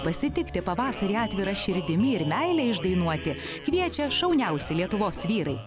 pasitikti pavasarį atvira širdimi ir meilę išdainuoti kviečia šauniausi lietuvos vyrai